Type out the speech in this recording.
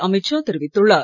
அமித் ஷா தெரிவித்துள்ளார்